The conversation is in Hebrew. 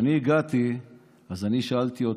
כשאני הגעתי אני שאלתי אותה.